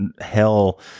hell